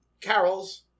Carol's